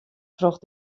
troch